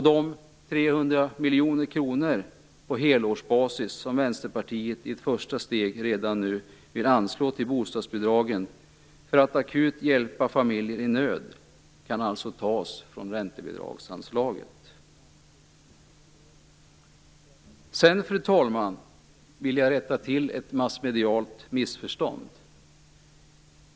De 300 miljoner kronor på helårsbasis som Vänsterpartiet i ett första steg redan nu vill anslå till bostadsbidragen för att akut hjälpa familjer i nöd kan alltså tas från räntebidragsanslaget. Sedan, fru talman, vill jag rätta till ett massmedialt missförstånd.